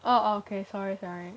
oh oh okay sorry sorry